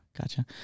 Gotcha